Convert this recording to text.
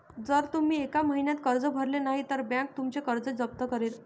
जर तुम्ही एका महिन्यात कर्ज भरले नाही तर बँक तुमचं घर जप्त करेल